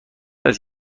است